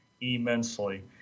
immensely